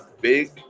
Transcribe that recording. big